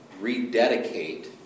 rededicate